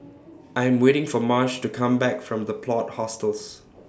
I Am waiting For Marsh to Come Back from The Plot Hostels